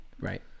Right